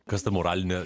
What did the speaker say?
kas ta moralinė